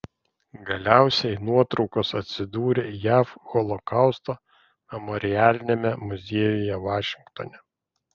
galiausiai nuotraukos atsidūrė jav holokausto memorialiniame muziejuje vašingtone